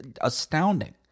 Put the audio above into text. astounding